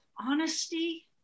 honesty